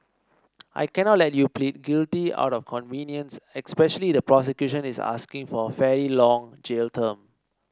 I cannot let you plead guilty out of convenience especially the prosecution is asking for a fairly long jail term